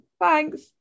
thanks